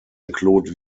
include